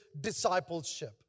discipleship